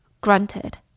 grunted